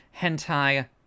hentai